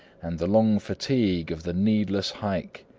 and the long fatigue of the needless hike.